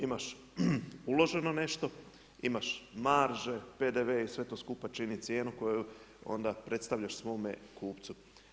Imaš uloženo nešto, imaš marže, PDV i sve to skupa čini cijenu koju onda predstavljaš svome kupcu.